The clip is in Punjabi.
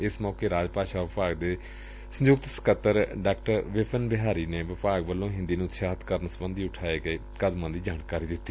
ਏਸ ਮੌਕੇ ਰਾਜ ਭਾਸ਼ਾ ਵਿਭਾਗ ਦੇ ਸੰਯੁਕਤ ਸਕੱਤਰ ਡਾ ਵਿਪਿਨ ਬਿਹਾਰੀ ਨੇ ਵਿਭਾਗ ਵੱਲੋਂ ਹਿਦੀ ਨੂੰ ਉਤਸ਼ਾਹਿਤ ਕਰਨ ਸਬੰਧੀ ਉਠਾਏ ਗਏ ਕਦਮਾਂ ਦੀ ਜਾਣਕਾਰੀ ਦਿੱਤੀ